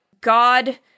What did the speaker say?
God